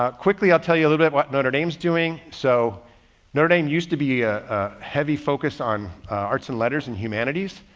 ah quickly. i'll tell you a little bit what notre dame's doing. so notre dame used to be a heavy focus on arts and letters and humanities.